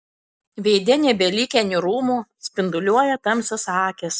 veide nebelikę niūrumo spinduliuoja tamsios akys